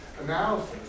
analysis